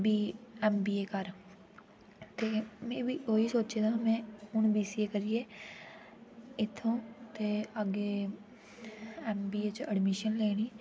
BA MBA कर ते मैं बी ओह् ही सोचे दा हून बीसीए करियै इत्थूं ते अग्गें एमबीए च एडमिशन लैनी